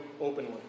openly